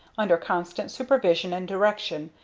under constant supervision and direction,